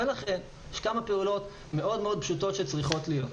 ולכן יש כמה פעולות פשוטות מאוד שצריכות להיות: